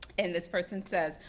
and this person says,